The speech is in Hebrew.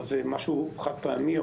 אבל זה משהו חד-פעמי,